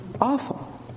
Awful